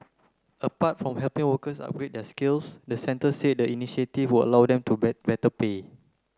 apart from helping workers upgrade their skills the centre said the initiative would allow them to get better pay